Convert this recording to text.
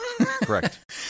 Correct